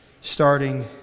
starting